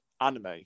Anime